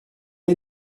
est